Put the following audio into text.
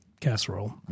casserole